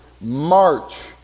march